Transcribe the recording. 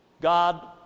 God